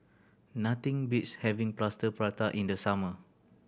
nothing beats having Plaster Prata in the summer